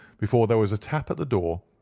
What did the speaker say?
before there was a tap at the door,